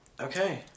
Okay